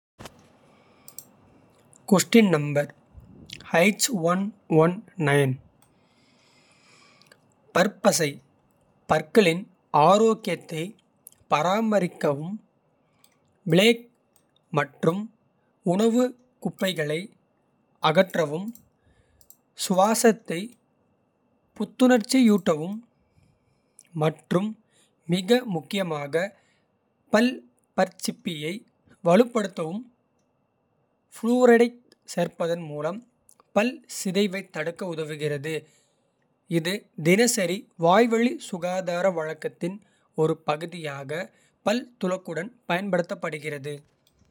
பற்பசை பற்களின் ஆரோக்கியத்தை பராமரிக்கவும். பிளேக் மற்றும் உணவு குப்பைகளை அகற்றவும். சுவாசத்தை புத்துணர்ச்சியூட்டவும் மற்றும் மிக முக்கியமாக. பல் பற்சிப்பியை வலுப்படுத்தும் ஃவுளூரைடைச். சேர்ப்பதன் மூலம் பல் சிதைவைத் தடுக்க உதவுகிறது. இது தினசரி வாய்வழி சுகாதார வழக்கத்தின் ஒரு. பகுதியாக பல் துலக்குடன் பயன்படுத்தப்படுகிறது.